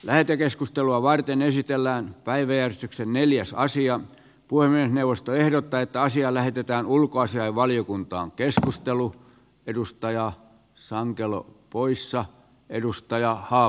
lähetekeskustelua varten esitellään päiväjärjestyksen neljäs aasian puoleinen puhemiesneuvosto ehdottaa että asia lähetetään ulkoasiainvaliokuntaan keskustelu edustajaa sankelo poissa edustaja ahaa